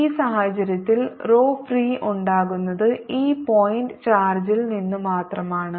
ഈ സാഹചര്യത്തിൽ റോ ഫ്രീ ഉണ്ടാകുന്നത് ഈ പോയിൻറ് ചാർജിൽ നിന്നുമാത്രമാണ്